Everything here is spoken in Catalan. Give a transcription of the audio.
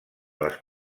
les